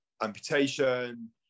amputation